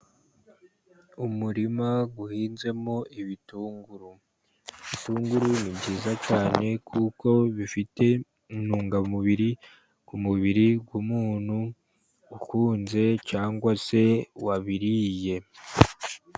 Umurima uhinzemo ibitunguru. Ibitunguru ni byiza cyane, kuko bifite intungamubiri ku mubiri w'umuntu ukunze cyangwa se wabiriye